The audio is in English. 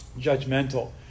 judgmental